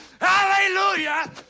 Hallelujah